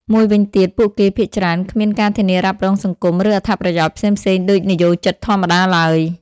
មួយវិញទៀត ពួកគេភាគច្រើន គ្មានការធានារ៉ាប់រងសង្គម ឬអត្ថប្រយោជន៍ផ្សេងៗដូចនិយោជិតធម្មតាឡើយ។